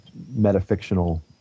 metafictional